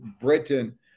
Britain